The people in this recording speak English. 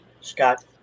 Scott